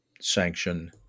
sanction